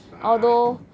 ah